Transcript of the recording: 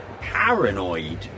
paranoid